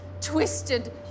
twisted